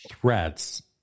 threats